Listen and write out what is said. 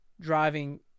driving